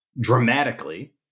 dramatically